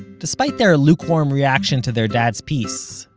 despite their lukewarm reaction to their dad's piece,